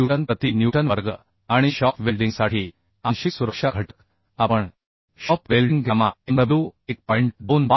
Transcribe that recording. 9 newton प्रति newton वर्ग आणि शॉप वेल्डिंगसाठी आंशिक सुरक्षा घटक आपण शॉप वेल्डिंग गॅमा mw 1